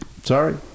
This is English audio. Sorry